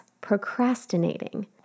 procrastinating